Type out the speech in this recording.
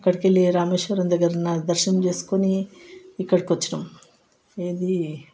అక్కడికి వెళ్ళి రామేశ్వరం దగ్గర దర్శనం చేసుకొని ఇక్కడకి వచ్చిన్నాం ఏది